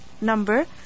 number